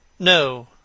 No